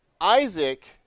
Isaac